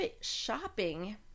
shopping